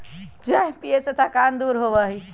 चाय पीये से थकान दूर होबा हई